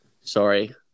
sorry